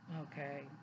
Okay